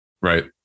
Right